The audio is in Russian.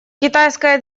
китайская